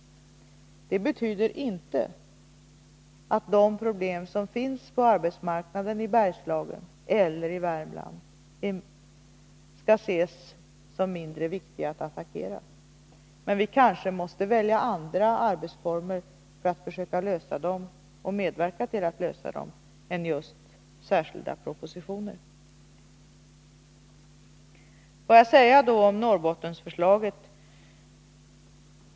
Det betyder inte att de problem som finns på arbetsmarknaden i Bergslagen eller i Värmland skall ses som mindre viktiga att attackera. Men vi kanske måste välja andra arbetsformer för att försöka lösa dem, och medverka till att försöka lösa dem, än just särskilda propositioner. Får jag säga några ord om Norrbottensförslaget.